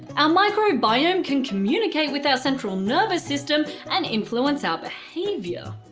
our microbiome can communicate with our central nervous system and influence our behaviour.